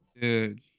dude